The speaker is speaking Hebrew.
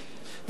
בפנינו